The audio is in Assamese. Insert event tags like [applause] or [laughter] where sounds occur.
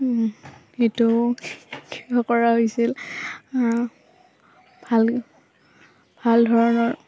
এইটো [unintelligible] কৰা হৈছিল ভাল ভাল ধৰণৰ